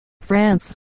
France